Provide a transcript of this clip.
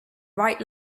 right